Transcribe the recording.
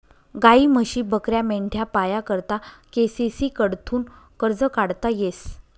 गायी, म्हशी, बकऱ्या, मेंढ्या पाया करता के.सी.सी कडथून कर्ज काढता येस